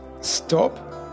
stop